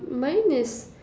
mine is